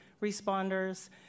responders